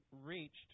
reached